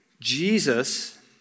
Jesus